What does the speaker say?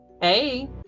Hey